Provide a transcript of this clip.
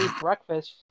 breakfast